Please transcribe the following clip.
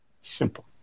simple